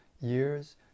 years